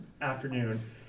afternoon